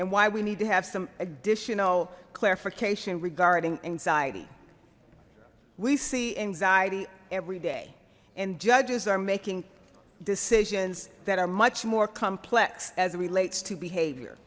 and why we need to have some additional clarification regarding anxiety we see anxiety every day and judges are making decisions that are much more complex as relates to behavior